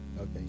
Okay